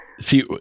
See